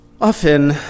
Often